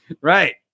Right